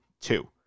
two